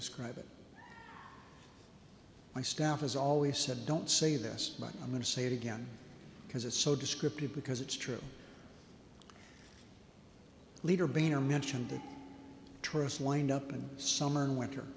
describe it my staff has always said don't say this but i'm going to say it again because it's so descriptive because it's true leader boehner mentioned that trust wind up in summer and winter